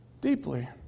deeply